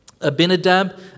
Abinadab